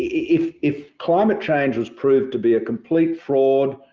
if if climate change was proved to be a complete fraud,